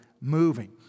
moving